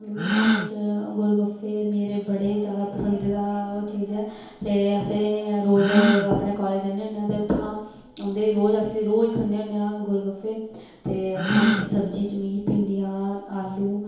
मि खाने च गोलगफ्फे मि बड़े गै जादा पसंदीदा ओह् चीज ऐ ते असें रोज अपने कालेज जन्ने होन्ने आं ते उत्थुं दा औंदे होई रोज असें रोज खन्ने होन्ने आं गोलगफ्फे ते खाने च सब्जी च मि भिंड़ियां आलू अते